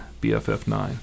BFF9